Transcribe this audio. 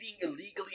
illegally